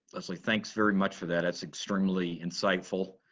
leslie. thanks very much for that. that's extremely insightful,